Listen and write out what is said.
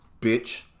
Bitch